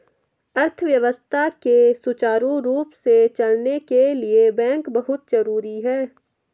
अर्थव्यवस्था के सुचारु रूप से चलने के लिए बैंक बहुत जरुरी हैं